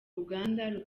uruganda